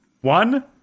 one